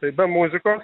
tai be muzikos